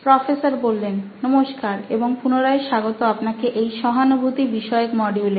professor নমস্কার এবং পুনরায় স্বাগত আপনাকে এই সহানুভূতি বিষয়ক মডিউলে